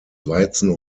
weizen